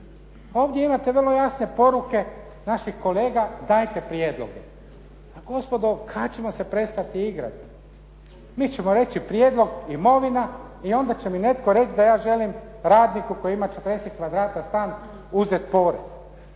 Ovdje vi imate vrlo jasne poruke naših kolega, dajete prijedloge. Pa gospodo kada ćemo se prestati igrati? Mi ćemo reći prijedlog imovina i onda će mi netko reći da ja želim radniku koji ima 40 kvadrata stan uzeti porez.